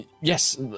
Yes